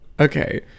okay